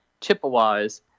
Chippewas